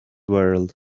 world